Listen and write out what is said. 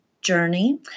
journey